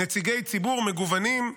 נציגי ציבור מגוונים,